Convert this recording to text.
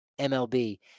MLB